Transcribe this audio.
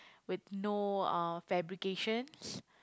with no uh fabrications